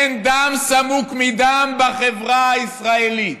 אין דם סמוק מדם בחברה הישראלית.